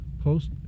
post